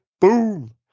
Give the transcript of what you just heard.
boom